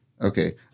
Okay